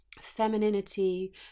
femininity